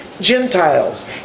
Gentiles